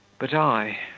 but i.